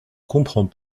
comprends